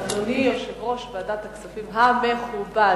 אדוני יושב-ראש ועדת הכספים המכובד,